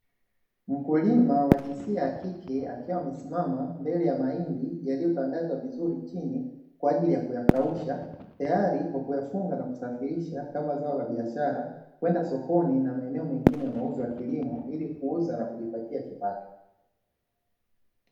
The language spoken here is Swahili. Mkulima wa jinsia ya kike akiwa amesimama mbele ya mahindi yaliyotandazwa vizuri chini, kwa ajili ya kuyakausha tayari kwa kuyafunga na kusafirisha kama zao la biashara kwenda sokoni na maeneo mengine ya mauzo ya kilimo ili kuuza na kujipatia kipato.